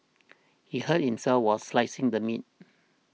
he hurt himself while slicing the meat